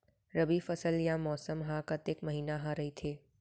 रबि फसल या मौसम हा कतेक महिना हा रहिथे?